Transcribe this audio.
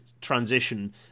transition